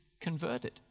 converted